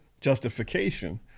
justification